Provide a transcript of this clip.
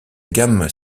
gamme